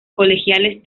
colegiales